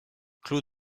clos